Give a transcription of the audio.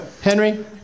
Henry